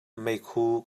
meikhu